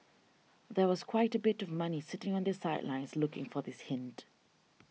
there was quite a bit of money sitting on the sidelines looking for this hint